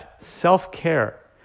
Self-care